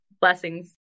Blessings